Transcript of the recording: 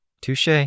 Touche